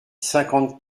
cinquante